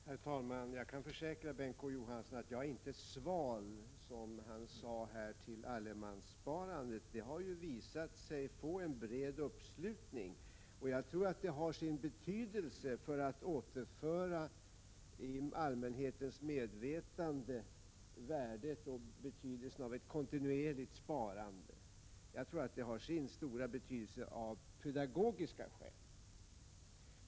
Herr talman! Jag kan försäkra Bengt K Å Johansson att jag inte, som han sade, är sval beträffande allemanssparandet. Det sparandet har ju visat sig få en bred uppslutning, och det tror jag har sin betydelse för att i allmänhetens medvetande återinföra värdet och betydelsen av ett kontinuerligt sparande. Jag tror att det har sin stora betydelse av pedagogiska skäl.